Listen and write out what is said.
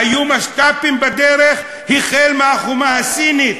היו משת"פים בדרך, החל מהחומה הסינית